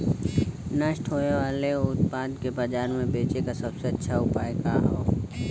नष्ट होवे वाले उतपाद के बाजार में बेचे क सबसे अच्छा उपाय का हो?